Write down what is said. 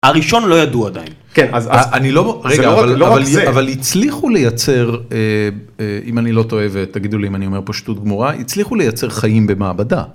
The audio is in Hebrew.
הראשון לא ידעו עדיין. כן, אז לא רק זה. אבל הצליחו לייצר, אם אני לא טועה ותגידו לי אם אני אומר פה שטות גמורה, הצליחו לייצר חיים במעבדה.